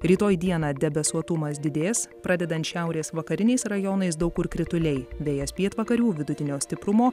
rytoj dieną debesuotumas didės pradedant šiaurės vakariniais rajonais daug kur krituliai vėjas pietvakarių vidutinio stiprumo